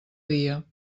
dia